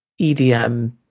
EDM